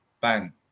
Bang